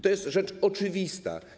To jest rzecz oczywista.